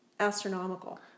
astronomical